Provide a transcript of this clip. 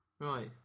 Right